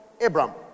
Abraham